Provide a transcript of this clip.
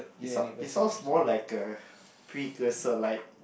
it sound it sounds more like a precursor like